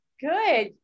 Good